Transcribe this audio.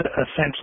essentially